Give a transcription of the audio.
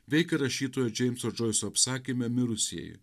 veikė rašytojo džeimso džoiso apsakyme mirusieji